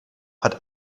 hat